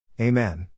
Amen